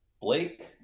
Blake